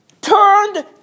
turned